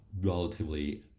relatively